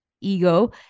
ego